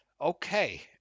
Okay